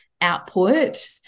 output